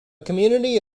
community